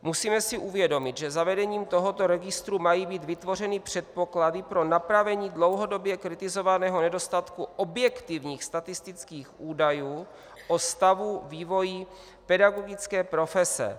Musíme si uvědomit, že zavedením tohoto registru mají být vytvořeny předpoklady pro napravení dlouhodobě kritizovaného nedostatku objektivních statistických údajů o stavu, vývoji pedagogické profese.